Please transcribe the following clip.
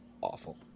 awful